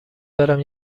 برم